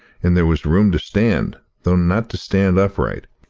and there was room to stand, though not to stand upright.